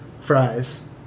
Fries